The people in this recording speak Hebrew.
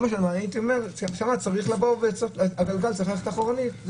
שהגלגל צריך ללכת אחורנית.